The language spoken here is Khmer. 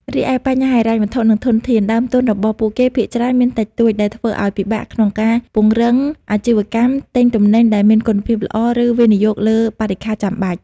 រីឯបញ្ហាហិរញ្ញវត្ថុ និងធនធាន ដើមទុនរបស់ពួកគេភាគច្រើនមានតិចតួច ដែលធ្វើឱ្យពិបាកក្នុងការពង្រីកអាជីវកម្ម ទិញទំនិញដែលមានគុណភាពល្អ ឬវិនិយោគលើបរិក្ខារចាំបាច់ ។